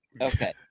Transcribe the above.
Okay